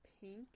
pink